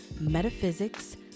metaphysics